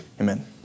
amen